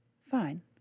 Fine